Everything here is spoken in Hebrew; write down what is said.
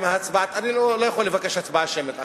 ואני לא יכול לבקש הצבעה שמית עכשיו,